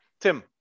Tim